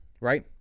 right